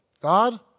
God